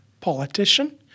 politician